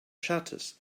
shutters